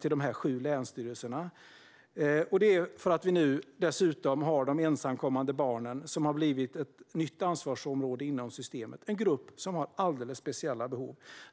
till de sju länsstyrelserna. Nu finns dessutom de ensamkommande barnen. De har blivit ett nytt ansvarsområde inom systemet. Det är en grupp som har alldeles speciella behov.